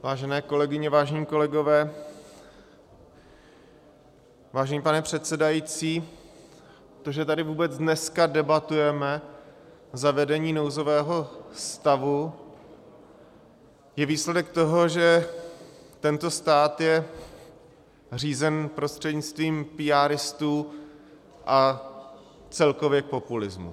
Vážené kolegyně, vážení kolegové, vážený pane předsedající, to, že tady vůbec dneska debatujeme o zavedení nouzového stavu, je výsledek toho, že tento stát je řízen prostřednictvím píáristů a celkově populismu.